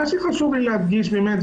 מה שחשוב לי להדגיש באמת,